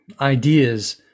ideas